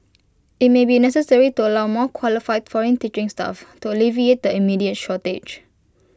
IT may be necessary to allow more qualified foreign teaching staff to alleviate the immediate shortage